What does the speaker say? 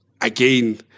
again